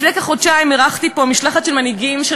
לפני כחודשיים אירחתי פה משלחת של מנהיגים של